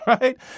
Right